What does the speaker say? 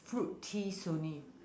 fruit teas only